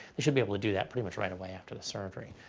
they should be able to do that pretty much right away after the surgery.